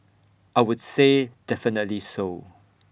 I would say definitely so